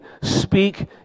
speak